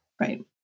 Right